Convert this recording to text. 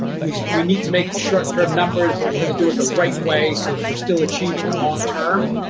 we we need to make short-term numbers but we're going to do it the right way so that we're still achieving the long-term,